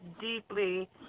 deeply